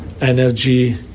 energy